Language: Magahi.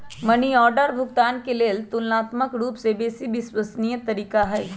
मनी ऑर्डर भुगतान के लेल ततुलनात्मक रूपसे बेशी विश्वसनीय तरीका हइ